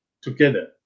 together